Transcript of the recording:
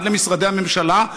עד למשרדי הממשלה,